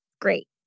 Great